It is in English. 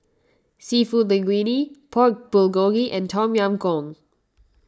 Seafood Linguine Pork Bulgogi and Tom Yam Goong